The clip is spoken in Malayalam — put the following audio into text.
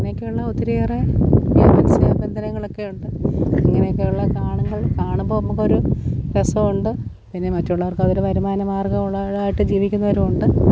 അങ്ങനെയൊക്കെയുള്ള ഒത്തിരിയേറെ മൽസ്യബന്ധനങ്ങളൊക്കെയുണ്ട് അങ്ങനെയൊക്കെയുള്ള കാണുമ്പോൾ കാണുമ്പോൾ നമുക്കൊരു രസമുണ്ട് പിന്നെ മറ്റുള്ളവർക്ക് അതൊരു വരുമാന മാർഗ്ഗമുള്ളതായിട്ട് ജീവിക്കുന്നവരും ഉണ്ട്